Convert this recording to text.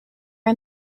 are